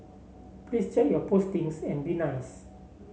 please check your postings and be nice